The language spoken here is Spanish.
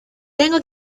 tengo